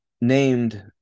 named